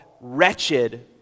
wretched